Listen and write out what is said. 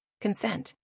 Consent